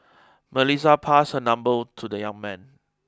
Melissa passed her number to the young man